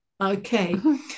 Okay